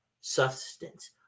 substance